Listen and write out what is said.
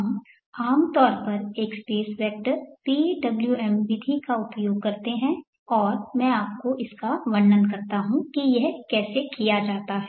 हम आम तौर पर एक स्पेस वेक्टर PWM विधि का उपयोग करते हैं और मैं आपको इसका वर्णन करता हूं कि यह कैसे किया जाता है